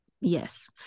Yes